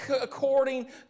according